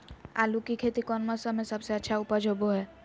आलू की खेती कौन मौसम में सबसे अच्छा उपज होबो हय?